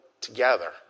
together